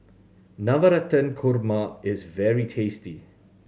Navratan Korma is very tasty